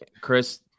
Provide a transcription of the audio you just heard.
Chris